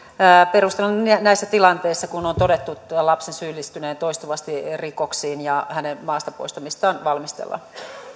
näissä tilanteissa kun on on todettu lapsen syyllistyneen toistuvasti rikoksiin ja hänen maasta poistamistaan valmistellaan